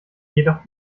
jedoch